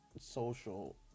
social